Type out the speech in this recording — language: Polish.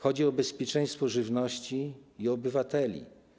Chodzi o bezpieczeństwo żywności i obywateli.